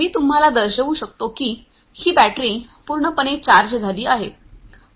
मी तुम्हाला दर्शवू शकतो की ही बॅटरी पूर्णपणे चार्ज झाली आहे